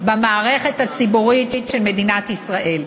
במערכת הציבורית של מדינת ישראל.